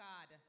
God